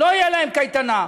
לא תהיה להם קייטנה.